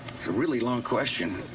really long question